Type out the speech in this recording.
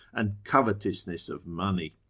and covetousness of money.